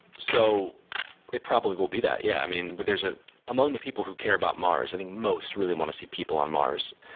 so it probably will be that, yeah. i mean, ah among the people who care about mars, i think most really want to see people on mars.